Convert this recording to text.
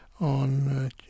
on